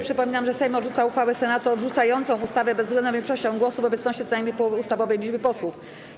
Przypominam, że Sejm odrzuca uchwałę Senatu odrzucającą ustawę bezwzględną większością głosów w obecności co najmniej połowy ustawowej liczby posłów.